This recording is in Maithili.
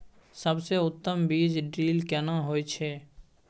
सबसे उत्तम बीज ड्रिल केना होए छै?